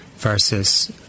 Versus